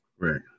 Right